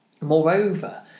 Moreover